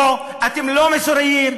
לא, אתם לא מוסריים.